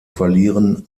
verlieren